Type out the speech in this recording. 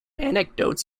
anecdotes